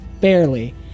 Barely